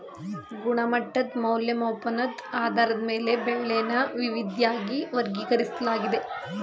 ಗುಣಮಟ್ಟದ್ ಮೌಲ್ಯಮಾಪನದ್ ಆಧಾರದ ಮೇಲೆ ಬೆಳೆನ ವಿವಿದ್ವಾಗಿ ವರ್ಗೀಕರಿಸ್ಲಾಗಿದೆ